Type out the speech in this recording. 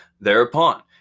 Thereupon